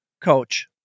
Coach